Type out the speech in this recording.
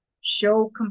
Show